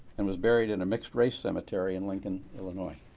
and was buried in a mixed-race cemetery in lincoln, illinois.